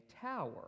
tower